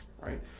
right